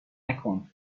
نکن